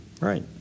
Right